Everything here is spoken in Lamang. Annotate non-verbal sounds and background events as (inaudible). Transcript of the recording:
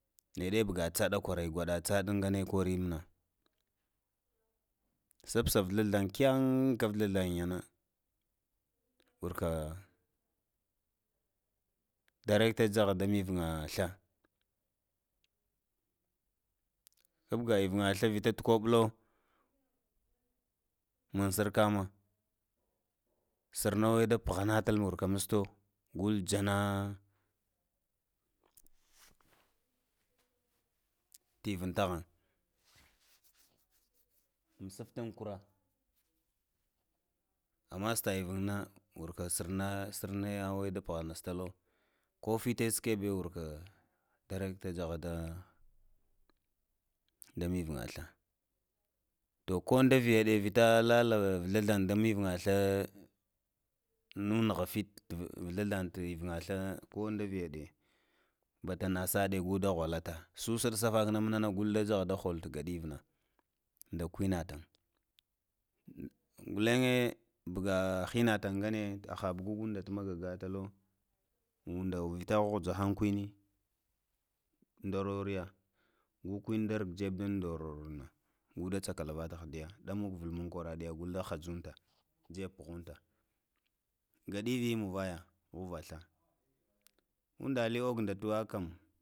Neɗe buga, tsaɗa kwarai, gwaɗa tsaɗa ganai kori muna, spsə vslal an, kyen, ka v slalan yani wurka direct ka jahada mivən sla kapga ivənga sla, vita ta komlo, na srkamun srno da puhana akul wurka musto gulj ha ivən ta khan (noise) masutta da kura a masta ivun na wur srna srna we da puhu stalo, ko fito skibiyo wurka direct ka jebu nda mivunga thla do ko ndaviya df vita lala, sla thlan nda mivun mvun sla nuna ha fiti v sla slan iva ga tala ko davigaɗe bada nasa de juta nghwalata, sasad safa mana galla jaha nda hodo ngadivun na nda kwa natan (hesitation) gulen ye paga hina tan ngane aha buga tama ga talo vita huhaga han kwini, ndo roringa, gun kunmi nda ruk jeb da ndororo kida tsakalata mn ndiya da muk mun kwaradiya ta ha junta gadivi muvala huva thla udali oga nda hawakam